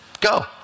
go